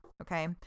okay